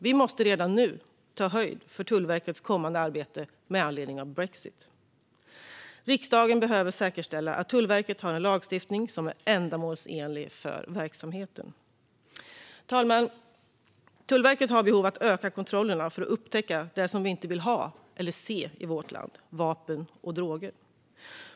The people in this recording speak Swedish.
Vi måste redan nu ta höjd för Tullverkets kommande arbete med anledning av brexit. Riksdagen behöver säkerställa att Tullverket har en lagstiftning som är ändamålsenlig för verksamheten. Fru talman! Tullverket har behov av att öka kontrollerna för att upptäcka det som vi inte vill ha eller se i vårt land: vapen och droger.